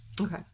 Okay